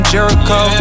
Jericho